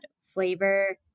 flavor